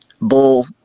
bull